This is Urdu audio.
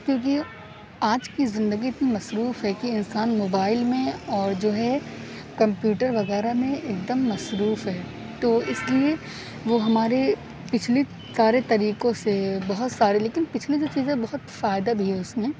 کیونکہ آج کی زندگی اتنی مصروف ہے کہ انسان موبائل میں اور جو ہے کمپیوٹر وغیرہ میں ایک دم مصروف ہے تو وہ اس لیے وہ ہمارے پچھلی سارے طریقوں سے ہے بہت سارے لیکن پچھلے جو چیزیں بہت فائدہ بھی ہے اس میں